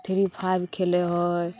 three five खेले हइ